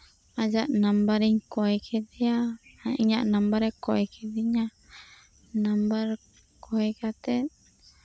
ᱟᱡᱟᱜ ᱱᱟᱢᱵᱟᱨ ᱤᱧ ᱠᱚᱭ ᱠᱮᱫᱮᱭᱟ ᱤᱧᱟᱹᱜ ᱱᱟᱢᱵᱟᱨ ᱮ ᱠᱚᱭ ᱠᱤᱫᱤᱧᱟ ᱱᱟᱢᱵᱟᱨ ᱠᱚᱭ ᱠᱟᱛᱮᱜ